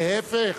להיפך,